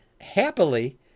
happily